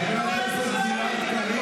אנחנו נמצאים באמצע מלחמה, חבר הכנסת גלעד קריב,